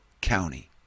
county